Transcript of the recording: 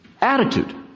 attitude